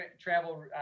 travel